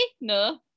no